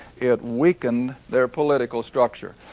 it weakened their political structure.